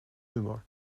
humor